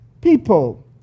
people